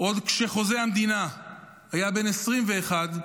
עוד כשחוזה המדינה היה בן 21,